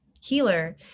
healer